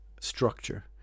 structure